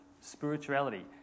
spirituality